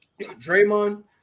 Draymond